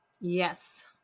Yes